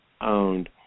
owned